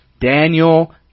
Daniel